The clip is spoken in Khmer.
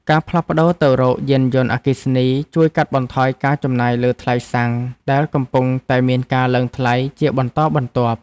ការផ្លាស់ប្តូរទៅរកយានយន្តអគ្គិសនីជួយកាត់បន្ថយការចំណាយលើថ្លៃសាំងដែលកំពុងតែមានការឡើងថ្លៃជាបន្តបន្ទាប់។